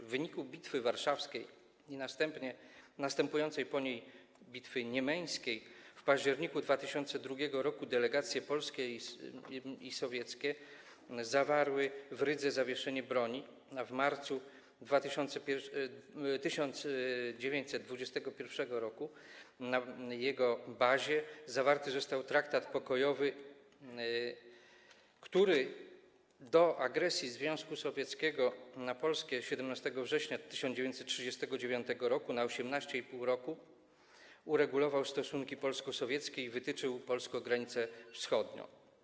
W wyniku bitwy warszawskiej i następnie następującej po niej bitwy niemeńskiej w październiku 2002 r. delegacje polskie i sowieckie zawarły w Rydze zawieszenie broni, a w marcu 1921 r. na jego bazie zawarty został traktat pokojowy, który do agresji Związku Sowieckiego na Polskę 17 września 1939 r. na 18,5 roku uregulował stosunki polsko-sowieckie i wytyczył polską granicę wschodnią.